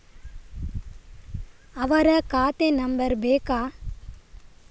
ಅವರ ಖಾತೆ ನಂಬರ್ ಬೇಕಾ?